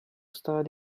start